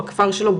בכפר שלו,